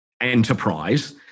enterprise